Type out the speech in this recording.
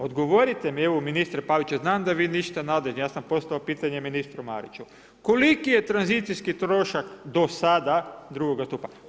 Odgovorit mi evo ministre Paviću, znam da vi niste nadležni, ja sam postavio pitanje ministru Mariću, koliki je tranzicijski trošak do sada drugoga stupnja?